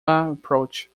approach